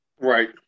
Right